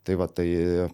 tai va tai